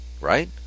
right